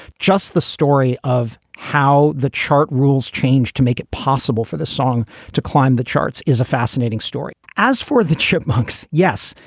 just the story of how the chart rules change to make it possible for the song to climb the charts is a fascinating story. as for the chipmunks, yes.